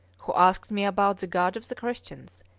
who asked me about the god of the christians,